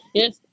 Yes